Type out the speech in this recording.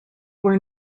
were